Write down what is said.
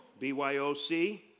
BYOC